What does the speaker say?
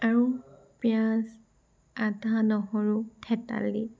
আৰু পিঁয়াজ আদা নহৰু থেতালি